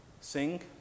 Sing